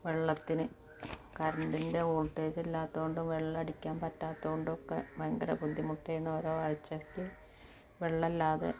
വെള്ളത്തിന് കറണ്ടിൻ്റെ വോൾട്ടേജ് ഇല്ലാത്തത് കൊണ്ട് വെള്ളം അടിക്കാൻ പറ്റാത്തത് കൊണ്ടൊക്കെ ഭയങ്കര ബുദ്ധിമുട്ടായിരുന്നു ഒരാഴ്ചക്ക് വെള്ളമില്ലാതെ